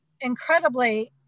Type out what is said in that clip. incredibly